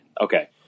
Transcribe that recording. Okay